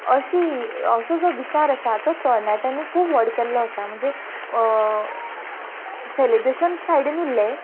अशें असो जो विचार आसा तो तरणाट्यांनी खूब व्हड केल्लो आसा म्हणजे सेलेब्रेशन सायडीन उरलें